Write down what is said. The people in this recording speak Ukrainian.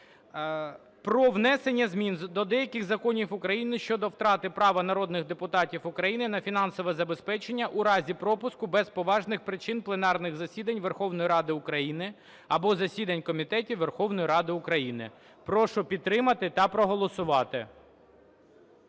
про внесення змін до деяких законів України щодо втрати права народних депутатів України на фінансове забезпечення у разі пропуску без поважних причин пленарних засідань Верховної Ради України або засідань комітетів Верховної Ради України. Прошу підтримати та проголосувати.